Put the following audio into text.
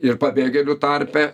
ir pabėgėlių tarpe